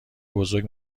بزرگ